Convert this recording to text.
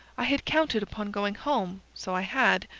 i had counted upon going home, so i had.